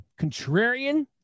contrarian